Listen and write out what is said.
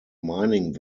mining